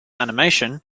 animation